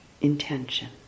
intention